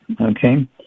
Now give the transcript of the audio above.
okay